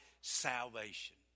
salvation